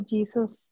Jesus